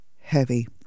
heavy